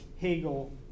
Hegel